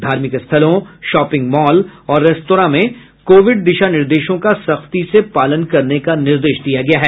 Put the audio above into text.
धार्मिक स्थलों shopping mall और रेस्तरां में कोविड दिशा निर्देशों का सख्ती से पालन करने का निदेश दिया गया है